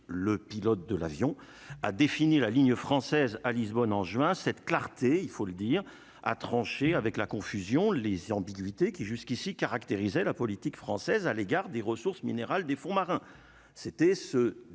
le pilote de l'avion à définir la ligne française à Lisbonne en juin cette clarté il faut le dire à trancher avec la confusion, les ambiguïtés qui jusqu'ici caractérisé la politique française à l'égard des ressources minérales des fonds marins,